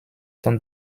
temps